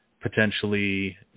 potentially